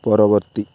ପରବର୍ତ୍ତୀ